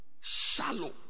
shallow